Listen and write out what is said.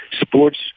Sports